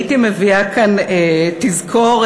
הייתי מביאה כאן תזכורת